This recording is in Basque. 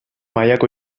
mailako